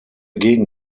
gegen